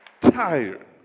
tired